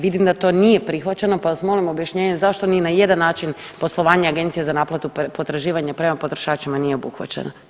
Vidim da to nije prihvaćeno, pa vas molim objašnjenje zašto nije na jedan način poslovanje Agencije za naplatu potraživanja prema potrošačima nije obuhvaćeno.